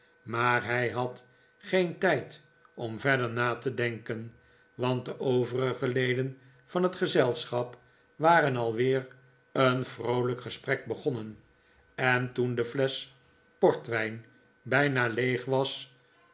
maar hij had geen tijd om verder na te denken want de overige leden van het gezelschap waren alweer een vroolijk gesprek begonnen en toen de flesch portwijn bijna leeg was